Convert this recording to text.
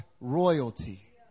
royalty